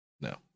no